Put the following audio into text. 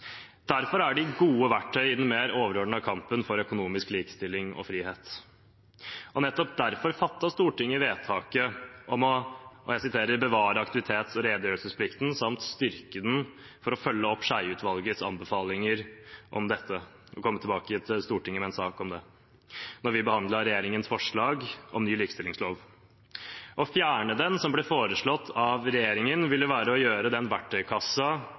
Derfor er de gode verktøy i den mer overordnede kampen for økonomisk likestilling og frihet. Nettopp derfor fattet Stortinget vedtak om å «bevare aktivitets- og redegjørelsesplikten, samt styrke den ved å følge opp Skjeie-utvalgets anbefalinger til endringer, og komme tilbake til Stortinget på egnet måte med en sak om dette», da vi behandlet regjeringens forslag til ny likestillingslov. Å fjerne den, som ble foreslått av regjeringen, ville være å gjøre